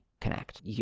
Connect